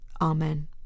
Amen